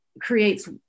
creates